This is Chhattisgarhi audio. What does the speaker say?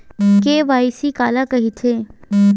के.वाई.सी काला कइथे?